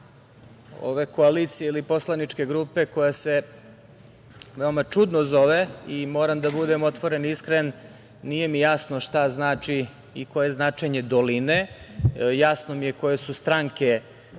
ove koalicije ili poslaničke grupe koja se veoma čudno zove i moram da budem otvoren i iskren – nije mi jasno šta znači i koje je značenje „Doline“? Jasno mi je koje su stranke